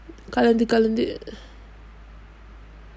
கலந்துகலந்து:kalanthu kalanthu